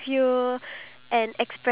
ya (uh huh)